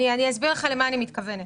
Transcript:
אני אסביר לך למה אני מתכוונת.